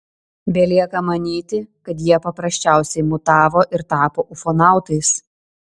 belieka manyti kad jie paprasčiausiai mutavo ir tapo ufonautais